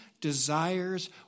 desires